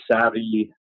savvy